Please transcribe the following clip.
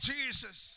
Jesus